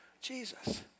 Jesus